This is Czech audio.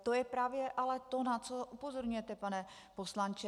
To je ale právě to, na co upozorňujete, pane poslanče.